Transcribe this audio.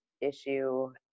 issue